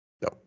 No